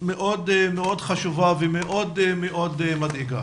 נושא מאוד חשוב ומאוד מדאיג.